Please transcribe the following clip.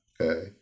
okay